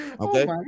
Okay